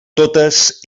totes